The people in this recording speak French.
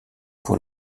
pour